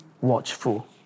watchful